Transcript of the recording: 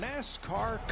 nascar